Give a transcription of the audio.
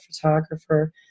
photographer